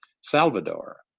Salvador